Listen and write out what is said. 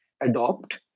adopt